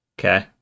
Okay